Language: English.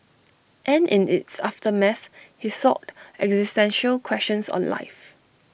and in its aftermath he sought existential questions on life